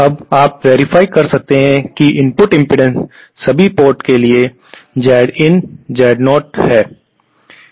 अब आप वेरफाइ कर सकते हैं कि इनपुट इम्पीडेन्स सभी पोर्ट के लिए के लिए Zin Z0 है